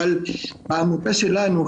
אבל בעמותה שלנו,